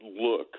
look